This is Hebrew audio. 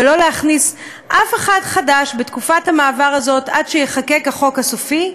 ולא להכניס אף אחד חדש בתקופת המעבר הזאת עד שייחקק החוק הסופי,